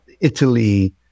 Italy